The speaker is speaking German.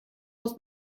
muss